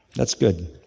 that's good.